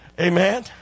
Amen